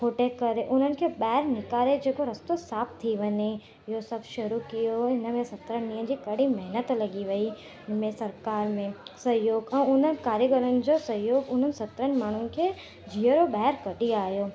खोटे करे उननि खे ॿाहिरि निकारे जो रस्तो साफ थी वञे इहो सभु शुरु कियो हिनमें सत्रहनि ॾींहनि जी कड़ी महिनत लॻी वई हिनमें सरकार में सहियोगु खां उननि कारीगरनि जो सहियोगु उननि सत्रहनि माण्हुनि खे जीअरो ॿाहिरि कढी आयो